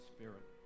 Spirit